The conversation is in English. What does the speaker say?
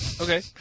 Okay